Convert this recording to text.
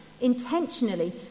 Intentionally